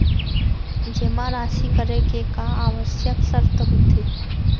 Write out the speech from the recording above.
जेमा राशि करे के का आवश्यक शर्त होथे?